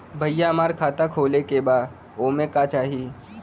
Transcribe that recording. भईया हमार खाता खोले के बा ओमे का चाही?